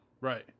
Right